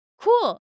cool